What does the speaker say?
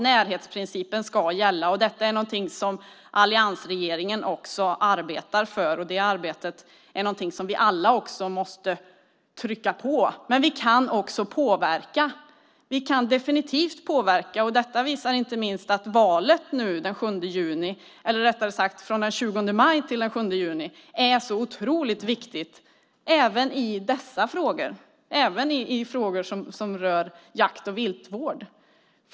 Närhetsprincipen ska gälla. Det är någonting som alliansregeringen också arbetar för. Detta arbete är något som vi alla måste trycka på. Men vi kan också påverka. Vi kan definitivt påverka. Detta visar att valet som pågår från den 20 maj till den 7 juni är så otroligt viktigt även i dessa frågor som rör jakt och viltvård.